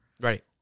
Right